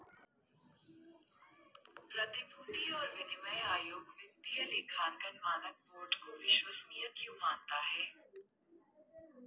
प्रतिभूति और विनिमय आयोग वित्तीय लेखांकन मानक बोर्ड को विश्वसनीय क्यों मानता है?